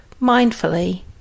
mindfully